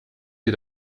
sie